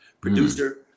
producer